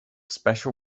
special